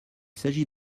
s’agit